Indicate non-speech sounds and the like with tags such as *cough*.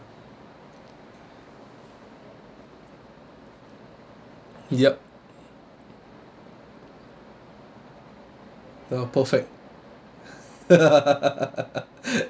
yup the perfect *laughs*